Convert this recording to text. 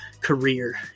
career